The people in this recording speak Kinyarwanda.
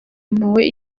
impuhwe